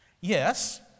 Yes